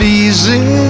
easy